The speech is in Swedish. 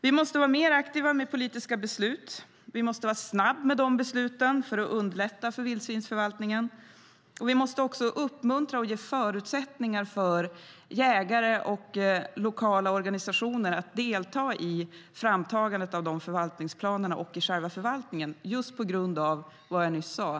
Vi måste vara mer aktiva med politiska beslut. Vi måste vara snabba med de besluten för att underlätta för vildsvinsförvaltningen. Vi måste också uppmuntra och ge förutsättningar för jägare och lokala organisationer att delta i framtagandet av förvaltningsplanerna och i själva förvaltningen på grund av vad jag nyss sade.